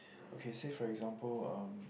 okay say for example um